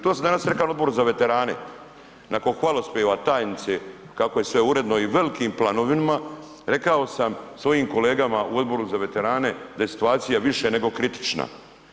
To sam danas rekao Odboru za veterane nakon hvalospjeva tajnice kako je sve uredno i velikim planovima rekao sam svojim kolegama u Odboru za veterane da je situacija više nego kritična.